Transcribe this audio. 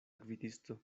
gvidisto